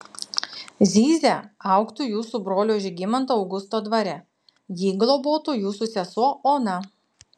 zyzia augtų jūsų brolio žygimanto augusto dvare jį globotų jūsų sesuo ona